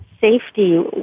safety